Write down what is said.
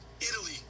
Italy